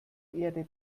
erde